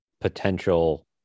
potential